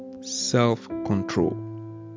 self-control